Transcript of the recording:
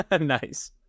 Nice